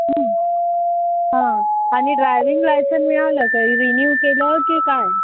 हं हां आणि ड्रायविंग लायसन मिळालं का रिन्यू केलं की काय